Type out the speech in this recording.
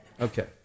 Okay